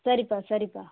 சரிப்பா சரிப்பா